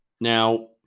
Now